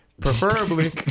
Preferably